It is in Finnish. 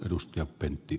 arvoisa puhemies